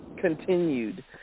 continued